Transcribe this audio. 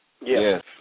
Yes